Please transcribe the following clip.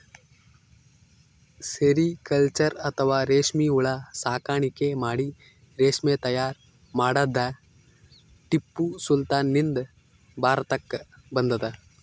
sericulture ಅಥವಾ ರೇಶ್ಮಿ ಹುಳ ಸಾಕಾಣಿಕೆ ಮಾಡಿ ರೇಶ್ಮಿ ತೈಯಾರ್ ಮಾಡದ್ದ್ ಟಿಪ್ಪು ಸುಲ್ತಾನ್ ನಿಂದ್ ಭಾರತಕ್ಕ್ ಬಂದದ್